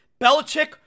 Belichick